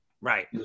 Right